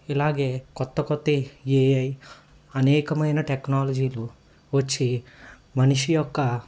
ఇలాగే కొత్త కొత్త ఏఐ అనేకమైన టెక్నాలజీలు వచ్చి మనిషి యొక్క